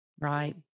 Right